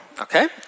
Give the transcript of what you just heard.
Okay